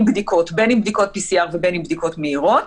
בדיקות בין אם בדיקות PCR ובין אם בדיקות מהירות